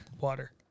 water